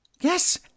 Yes